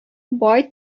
бай